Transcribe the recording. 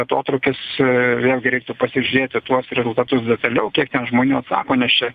atotrūkis vėlgi reiktų pasižiūrėti tuos rezultatus detaliau kiek ten žmonių atsako nes čia